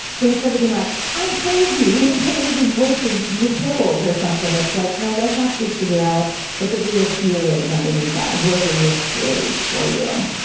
so instead of being like, i'm crazy! we have to get rid of these voices with pills or something. it's like no, let's actually figure out what the real fear is underneath that, where the real risk is for you.